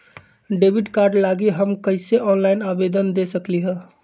Debit card लागी हम कईसे ऑनलाइन आवेदन दे सकलि ह?